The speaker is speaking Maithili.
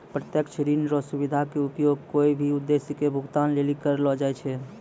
प्रत्यक्ष ऋण रो सुविधा के उपयोग कोय भी उद्देश्य के भुगतान लेली करलो जाय छै